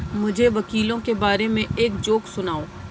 مجھے وکیلوں کے بارے میں ایک جوک سناؤ